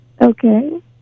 Okay